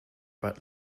but